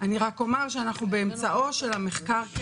אומר שאנחנו באמצעו של המחקר.